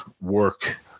work